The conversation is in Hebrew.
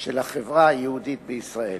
של החברה היהודית בישראל.